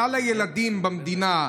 כלל הילדים במדינה,